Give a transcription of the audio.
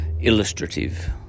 illustrative